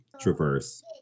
traverse